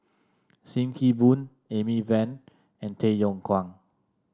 Sim Kee Boon Amy Van and Tay Yong Kwang